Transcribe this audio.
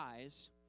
eyes